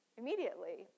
immediately